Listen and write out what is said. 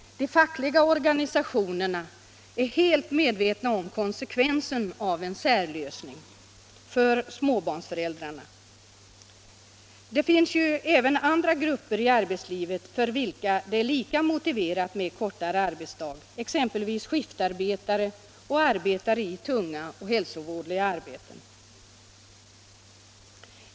De fackliga organisationerna är helt medvetna om konsekvensen av en särlösning för småbarnsföräldrarna. Det finns ju även andra grupper i arbetslivet för vilka det är lika motiverat med kortare arbetsdag, exempelvis skiftarbetare och arbetare i tunga och hälsovådliga arbeten.